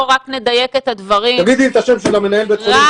תגידי את השם של מנהל בית החולים,